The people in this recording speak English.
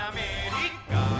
America